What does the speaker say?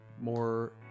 more